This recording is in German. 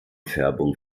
färbung